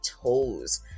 toes